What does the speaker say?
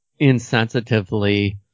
insensitively